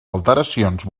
alteracions